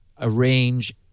arrange